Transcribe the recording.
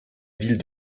ville